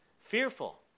Fearful